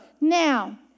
Now